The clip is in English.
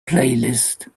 playlist